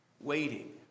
waiting